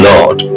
Lord